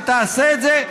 שתעשה את זה,